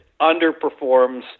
underperforms